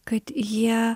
kad jie